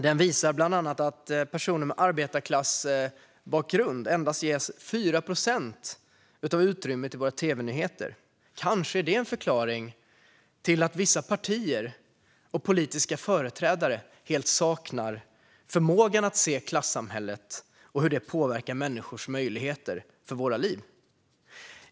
Den visar bland annat att personer med arbetarklassbakgrund ges endast 4 procent av utrymmet i våra tv-nyheter. Kanske är det en förklaring till att vissa partier och politiska företrädare helt saknar förmågan att se klassamhället och hur det påverkar människors möjligheter och liv.